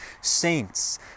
saints